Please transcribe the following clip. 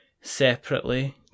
separately